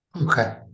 Okay